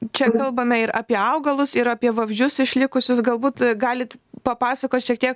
čia kalbame ir apie augalus ir apie vabzdžius išlikusius galbūt galit papasakot šiek tiek